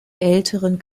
älteren